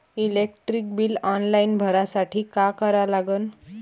Electric bill online भरासाठी का करा लागन?